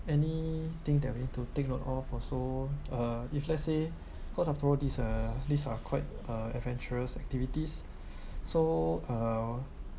anything that we need to take note of also uh if let's say cause after all these is uh these are quite uh adventurous activities so uh